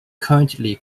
currently